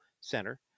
center